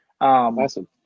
Awesome